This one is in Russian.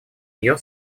нее